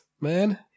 man